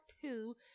two